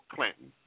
Clinton